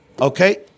Okay